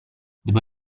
devo